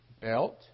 Belt